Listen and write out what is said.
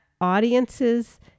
audiences